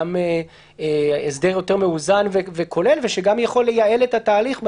גם הסדר יותר מאוזן וכולל ושגם יכול לייעל את התהליך בהמשך.